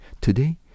today